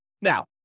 Now